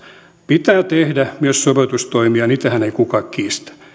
pitää tehdä myös sopeutustoimia sitähän ei kukaan kiistä